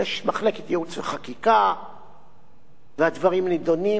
יש מחלקת ייעוץ וחקיקה והדברים נדונים,